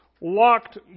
Locked